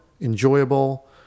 enjoyable